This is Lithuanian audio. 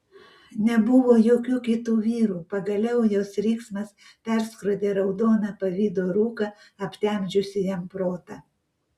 nebuvo jokių kitų vyrų pagaliau jos riksmas perskrodė raudoną pavydo rūką aptemdžiusį jam protą